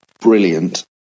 brilliant